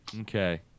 okay